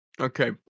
Okay